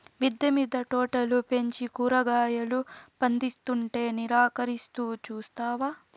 మిద్దె మింద తోటలు పెంచి కూరగాయలు పందిస్తుంటే నిరాకరిస్తూ చూస్తావా